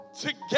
together